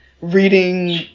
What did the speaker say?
reading